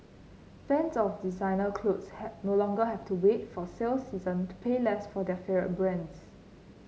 fans of designer clothes had no longer have to wait for sale season to pay less for their favourite brands